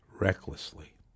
Recklessly